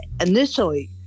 initially